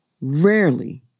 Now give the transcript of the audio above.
rarely